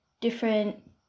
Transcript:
different